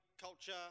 culture